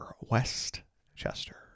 Westchester